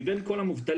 מבין כל המובטלים,